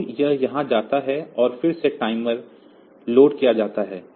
तो यह यहाँ जाता है और फिर से टाइमर लोड किया जाता है